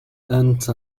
aunt